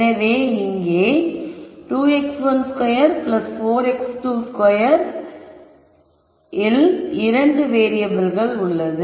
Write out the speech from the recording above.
எனவே இங்கே 2x12 4x22 இல் இரண்டு வேறியபிள்கள் உள்ளது